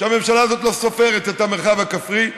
שהממשלה הזאת לא סופרת את המרחב הכפרי.